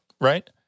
right